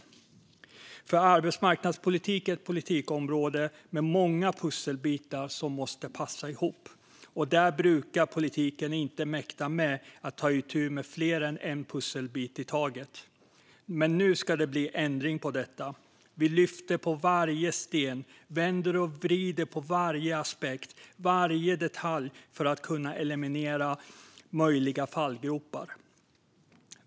Detta för att arbetsmarknadspolitik är ett politikområde med många pusselbitar som måste passa ihop, och där brukar politiken inte mäkta med att ta itu med mer än en pusselbit i taget. Men nu ska det bli ändring på detta. Vi lyfter på varje sten och vänder och vrider på varje aspekt, varje detalj, för att kunna eliminera möjliga fallgropar.